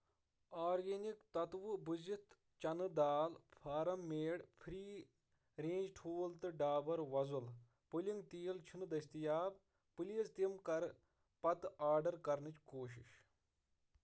organic تتوٕ بٔزِتھ چنہٕ دال فارم میڈ فرٛی رینٛج ٹھوٗل تہٕ ڈابر وۄزُل پُلِنٛگ تیٖل چھُنہٕ دٔستِیاب پلیٖز تِم کر پتہٕ آرڈر کرنٕچ کوٗشش